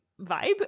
vibe